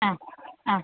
ആ ആ